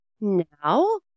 Now